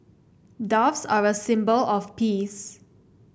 doves are a symbol of peace